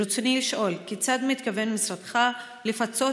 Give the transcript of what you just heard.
רצוני לשאול: 1. כיצד מתכוון משרדך לפצות